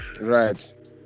Right